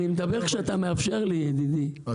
לא